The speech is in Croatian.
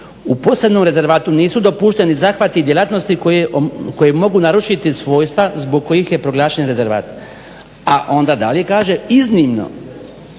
"U posebnom rezervatu nisu dopušteni zahvati i djelatnosti koje mogu narušiti svojstva zbog kojih je proglašen rezervat", a onda dalje kaže "iznimno